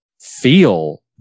feel